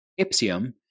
ipsium